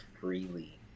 freely